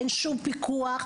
אין שום פיקוח.